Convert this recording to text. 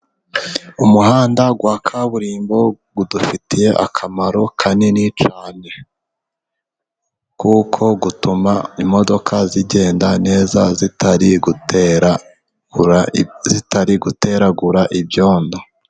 Umuhanda wa kaburimbo udufitiye akamaro kanini cyane, kuko utuma imodoka zigenda neza, zitari guteragura ibyondo.